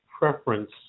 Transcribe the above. preference